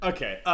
Okay